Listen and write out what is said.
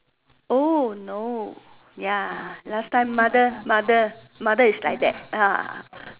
oh no ya last time mother mother mother is like that